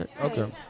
Okay